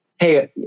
Hey